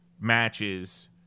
matches